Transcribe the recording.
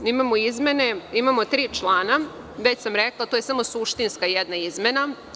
Imamo izmene, imamo tri člana, već sam rekla, to je samo suštinska jedna izmena.